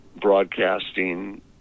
broadcasting